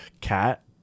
cat